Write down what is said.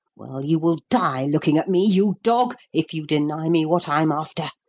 well, you will die looking at me, you dog, if you deny me what i'm after.